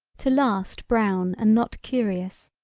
to last brown and not curious,